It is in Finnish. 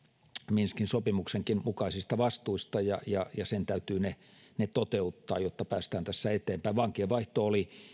minskin sopimuksenkin mukaisista vastuista ja ja sen täytyy ne ne toteuttaa jotta päästään tässä eteenpäin vankienvaihto oli